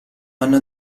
anno